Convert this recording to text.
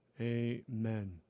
Amen